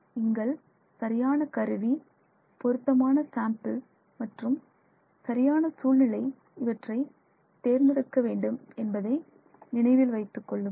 நீங்கள் சரியான கருவி பொருத்தமான சாம்பிள் மற்றும் சரியான சூழ்நிலை இவற்றை தேர்ந்தெடுக்க வேண்டும் என்பதை நினைவில் வைத்துக் கொள்ளுங்கள்